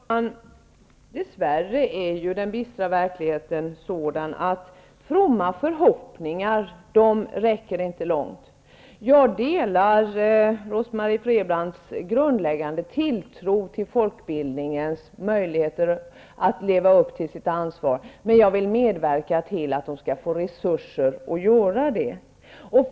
Fru talman! Dess värre är ju den bistra verkligheten sådan att fromma förhoppningar inte räcker långt. Jag delar Rose-Marie Frebrans grundläggande tilltro till folkbildningens möjligheter att leva upp till sitt ansvar, men jag vill medverka till att man skall få resurser att göra detta.